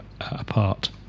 apart